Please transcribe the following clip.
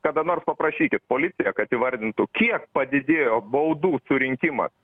kada nors paprašykit policija kad įvardintų kiek padidėjo baudų surinkimas